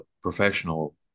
professional